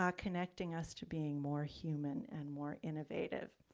ah connecting us to being more human and more innovative.